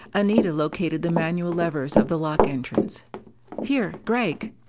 anita located the manual levers of the lock-entrance. here, gregg.